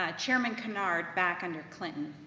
ah chairman kennard back under clinton,